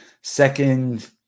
second